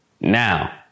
Now